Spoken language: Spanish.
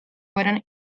fueron